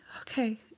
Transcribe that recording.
okay